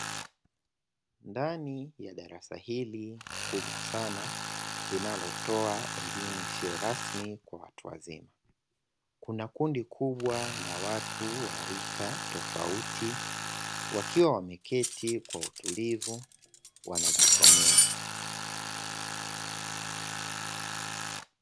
Ndani ya darasa hili, kubwa sana linalotoa elimu isiyo rasmi kwa watu wazima kuna kundi kubwa na watu wa rika tofauti wakiwa wameketi kwa utulivu wanajisomea.